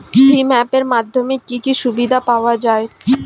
ভিম app এর মাধ্যমে কি কি সুবিধা পাওয়া যায়?